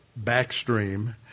backstream